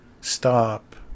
stop